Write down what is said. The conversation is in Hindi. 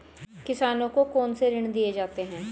किसानों को कौन से ऋण दिए जाते हैं?